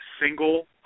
single